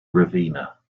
ravenna